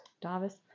Davis